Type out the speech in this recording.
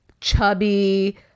chubby